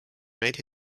made